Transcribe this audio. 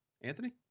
Anthony